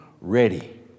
ready